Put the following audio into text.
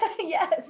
yes